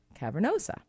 cavernosa